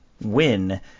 win